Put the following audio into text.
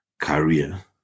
Career